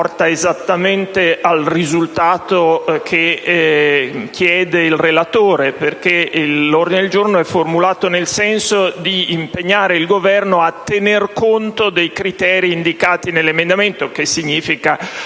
al risultato che chiede il relatore, perché esso è formulato nel senso di impegnare il Governo a tener conto dei criteri indicati nell'emendamento: questo implica